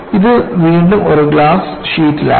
ഇത് വീണ്ടും ഒരു ഗ്ലാസ് ഷീറ്റിലാണ്